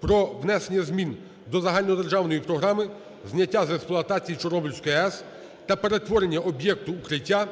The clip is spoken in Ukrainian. про внесення змін до Загальнодержавної програми зняття з експлуатації Чорнобильської АЕС та перетворення об'єкта "Укриття"